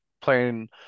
playing